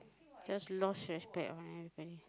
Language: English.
just lost respect for everybody